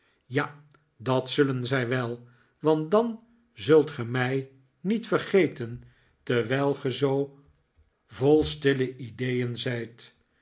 ja dat zullen zij wel want dan zult ge mij niet vergeten terwijl ge zoo vol stilblijdschap